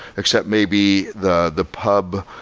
except maybe the the pub,